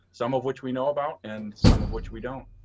some of which we know about and some of which we don't.